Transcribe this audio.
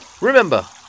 remember